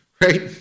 right